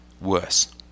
worse